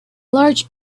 large